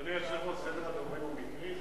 אדוני היושב-ראש, סדר הדוברים הוא מקרי?